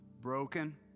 broken